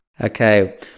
Okay